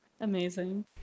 amazing